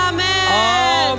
Amen